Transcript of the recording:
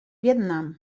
vietnam